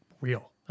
real